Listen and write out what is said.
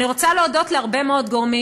אני רוצה להודות להרבה מאוד גורמים.